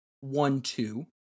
one-two